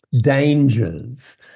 dangers